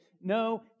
No